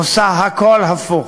עושה הכול הפוך.